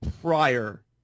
prior